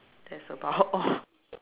that's about all